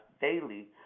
daily